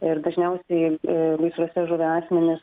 ir dažniausiai gaisruose žuvę asmenys